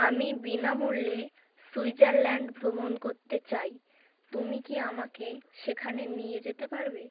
আমি বিনামূল্যে সুইজারল্যান্ড ভ্রমণ করতে চাই তুমি কি আমাকে সেখানে নিয়ে যেতে পারবে